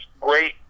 great